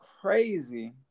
crazy